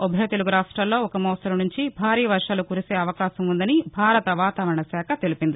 ఉభయ తెలగు రాష్ట్రాల్లో ఒక మోస్తరు నుంచి భారీ వర్షాలు కురిసే అవకాశం ఉందని భారత వాతావరణ శాఖ తెలిపింది